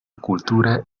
cultura